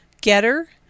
Getter